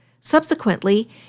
Subsequently